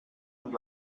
amb